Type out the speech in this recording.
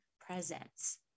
presence